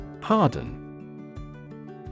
Pardon